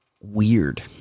weird